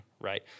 right